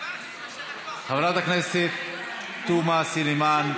חברת הכנסת תומא סלימאן,